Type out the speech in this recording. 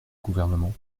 gouvernement